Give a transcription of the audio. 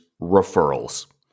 referrals